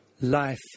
life